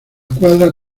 cuadra